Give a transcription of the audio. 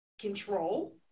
control